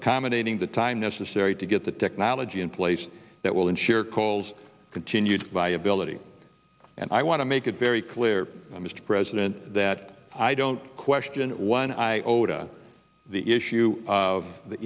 accommodating the time necessary to get the technology in place that will ensure calls continued viability and i want to make it very clear mr president that i don't question one iota the issue of the